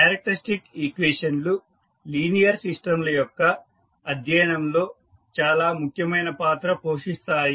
characteristic equation లు linear system ల యొక్క అధ్యయనంలో చాలా ముఖ్యమైన పాత్ర పోషిస్తాయి